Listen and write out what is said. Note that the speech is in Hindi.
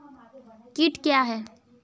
कीट क्या है?